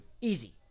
Easy